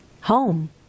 home